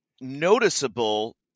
noticeable